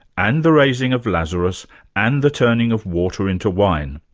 and the raising of lazarus and the turning of water into wine.